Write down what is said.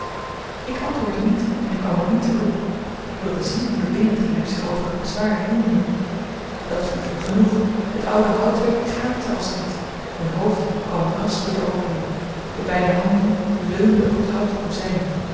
ik antwoordde niet en kwam ook niet te hulp ik wilde zien hoe de binnendringer zich over het bezwaar heenhielp dat ging vlug genoeg het oude houtwerk kraakte als riet een hoofd kwam ras door de opening de beide handen leunden op het houten kozijn